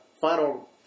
final